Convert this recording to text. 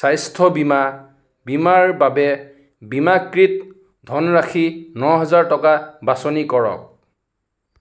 স্বাস্থ্য বীমা বীমাৰ বাবে বীমাকৃত ধনৰাশি ন হাজাৰ টকা বাছনি কৰক